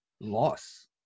loss